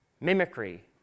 mimicry